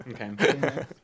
Okay